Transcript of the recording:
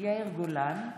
יאיר גולן,